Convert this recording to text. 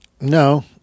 no